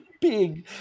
Big